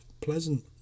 pleasant